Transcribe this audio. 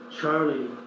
Charlie